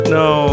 no